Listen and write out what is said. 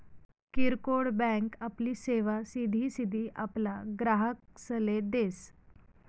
किरकोड बँक आपली सेवा सिधी सिधी आपला ग्राहकसले देस